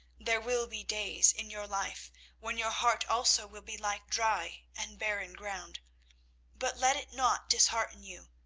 there will be days in your life when your heart also will be like dry and barren ground but let it not dishearten you.